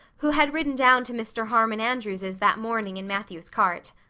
who had ridden down to mr. harmon andrews's that morning in matthew's cart.